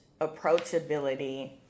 approachability